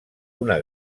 una